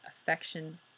affection